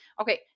Okay